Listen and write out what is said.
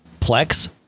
Plex